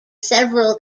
several